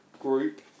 group